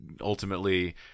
ultimately